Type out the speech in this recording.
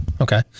Okay